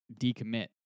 decommit